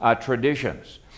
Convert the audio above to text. traditions